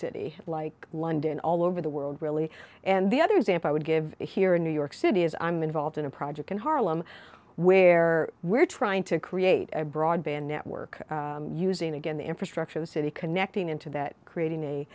city like london all over the world really and the other example i would give here in new york city is i'm involved in a project in harlem where we're trying to create a broadband network using again the infrastructure the city connecting into that creating a